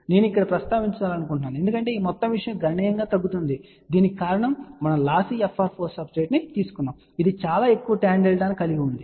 నేను ఇక్కడ ప్రస్తావించాలనుకుంటున్నాను ఎందుకంటే ఈ మొత్తం విషయం గణనీయంగా తగ్గుతోంది దీనికి కారణం మనం లాస్సీ FR4 సబ్స్ట్రెట్ తీసుకున్నాము ఇది చాలా ఎక్కువ tan డెల్టా ను కలిగి ఉంది